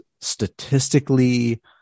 statistically